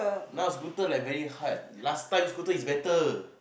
now scooter like very hard last time scooter is better